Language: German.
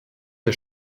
der